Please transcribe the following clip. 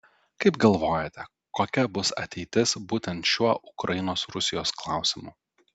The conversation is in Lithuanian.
kaip galvojate kokia bus ateitis būtent šiuo ukrainos rusijos klausimu